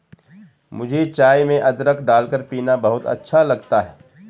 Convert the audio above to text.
मुझे चाय में अदरक डालकर पीना बहुत अच्छा लगता है